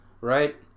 right